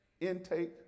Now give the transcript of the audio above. intake